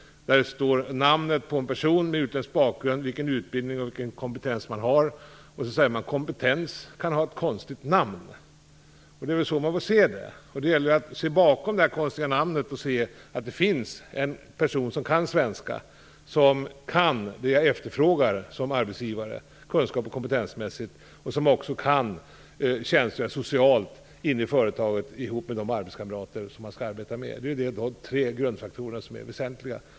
Man skriver namnet på en person med utländsk bakgrund, vilken utbildning och vilken kompetens den personen har, och så skriver man att kompetens kan ha ett konstigt namn. Det är väl så man får se det. Det gäller att se bakom det konstiga namnet och se att det finns en person som kan svenska, som kan det jag efterfrågar som arbetsgivare kunskaps och kompetensmässigt och som också kan tjänstgöra socialt inne i företaget ihop med de arbetskamrater som han eller hon skall arbeta med. Det är de tre grundfaktorerna som är väsentliga.